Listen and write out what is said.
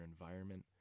environment